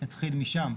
יתחיל משם,